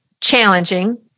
challenging